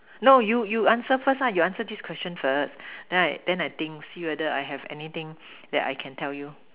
no you you answer first lah you answer this question first then I then I think see whether I have anything that can tell you